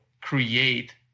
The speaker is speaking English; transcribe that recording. create